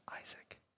Isaac